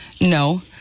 No